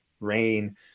rain